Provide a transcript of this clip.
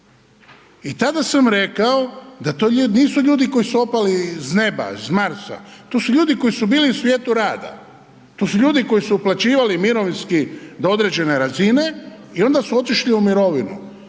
I tada sam rekao da to nisu ljudi koji su opali s neba, s Marsa, to su ljudi koji su bili u svijetu rada, to su ljudi koji su uplaćivali mirovinski do određene razine i onda su otišli u mirovinu